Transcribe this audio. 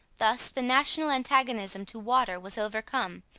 thus the national antagonism to water was overcome,